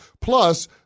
Plus